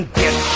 get